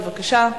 בבקשה.